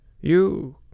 You